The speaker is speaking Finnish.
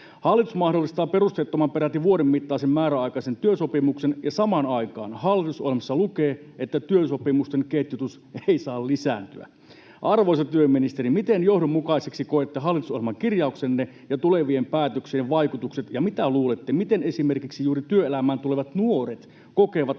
Hallitus mahdollistaa perusteettoman, peräti vuoden mittaisen määräaikaisen työsopimuksen, ja samaan aikaan hallitusohjelmassa lukee, että työsopimusten ketjutus ei saa lisääntyä. Arvoisa työministeri, miten johdonmukaiseksi koette hallitusohjelmakirjauksenne ja tulevien päätöksien vaikutukset, ja mitä luulette, miten esimerkiksi juuri työelämään tulevat nuoret kokevat